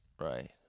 Right